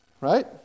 Right